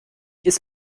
ist